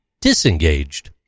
disengaged